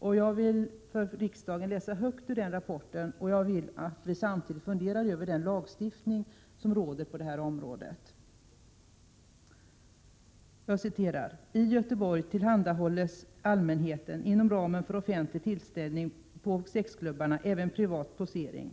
Jag skall för riksdagen läsa högt ur den rapporten, och jag vill att vi samtidigt funderar över den lagstiftning som råder på det här området. Jag citerar: ”I Göteborg tillhandahålles allmänheten, inom ramen för offentlig tillställning på sexklubbarna, även privat posering.